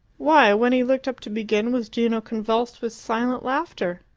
why, when he looked up to begin, was gino convulsed with silent laughter?